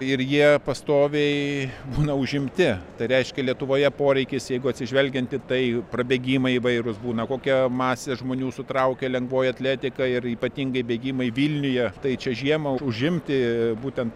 ir jie pastoviai būna užimti tai reiškia lietuvoje poreikis jeigu atsižvelgiant į tai prabėgimai įvairūs būna kokią masę žmonių sutraukia lengvoji atletika ir ypatingai bėgimai vilniuje tai čia žiemą užimti būtent